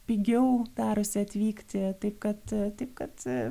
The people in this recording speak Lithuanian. pigiau darosi atvykti taip kad taip kad